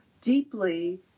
deeply